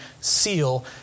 seal